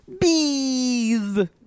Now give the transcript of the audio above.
Bees